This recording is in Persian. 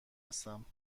هستم